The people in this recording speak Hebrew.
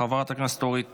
חברת הכנסת אורית